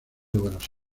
buenos